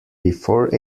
before